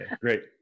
great